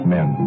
Men